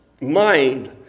mind